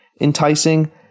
enticing